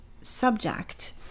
subject